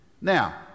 Now